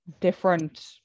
different